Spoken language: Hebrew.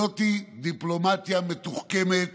זאת דיפלומטיה מתוחכמת